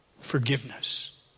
forgiveness